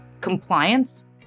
compliance